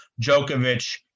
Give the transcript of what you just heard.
Djokovic